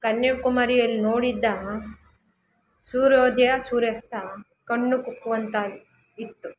ಕನ್ಯಾಕುಮಾರಿಯಲ್ಲಿ ನೋಡಿದ್ದ ಸೂರ್ಯೋದಯ ಸೂರ್ಯಾಸ್ತ ಕಣ್ಣು ಕುಕ್ಕುವಂತಾಗಿ ಇತ್ತು